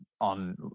on